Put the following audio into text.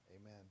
Amen